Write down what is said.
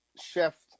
Chef